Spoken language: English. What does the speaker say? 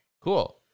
cool